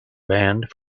banned